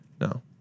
No